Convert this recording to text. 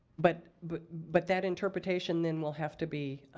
but but but that interpretation then will have to be